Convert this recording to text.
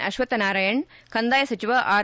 ಅಶ್ವಕ್ಥ್ ನಾರಾಯಣ್ ಕಂದಾಯ ಸಚಿವ ಆರ್